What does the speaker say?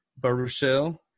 Baruchel